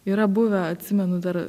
yra buvę atsimenu dar